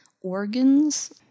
organs